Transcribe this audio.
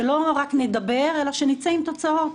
שלא רק נדבר אלא שנצא עם תוצאות.